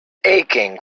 aching